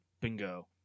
Bingo